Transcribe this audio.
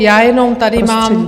Já jenom tady mám...